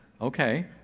Okay